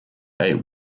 eight